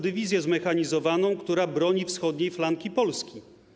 Dywizję Zmechanizowaną, która broni wschodniej flanki Polski.